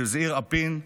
בזעיר אנפין,